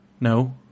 No